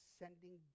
sending